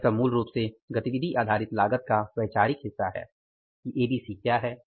तो यह सब मूल रूप से गतिविधि आधारित लागत का वैचारिक हिस्सा है कि एबीसी क्या है